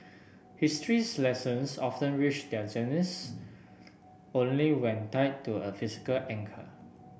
history's lessons often reach their zenith only when tied to a physical anchor